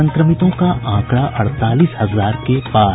संक्रमितों का आंकड़ा अड़तालीस हजार के पार